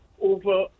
over